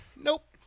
Nope